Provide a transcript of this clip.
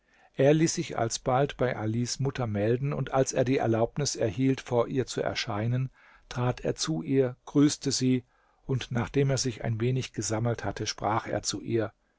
er ließ sich alsbald bei alis mutter melden und als er die erlaubnis erhielt vor ihr zu erscheinen trat er zu ihr grüßte sie und nachdem er sich ein wenig gesammelt hatte sprach er zu ihr